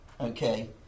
Okay